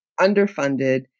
underfunded